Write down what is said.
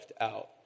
out